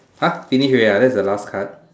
!huh! finish already ah that's the last card